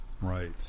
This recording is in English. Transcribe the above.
Right